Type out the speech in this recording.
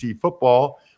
football